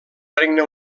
regne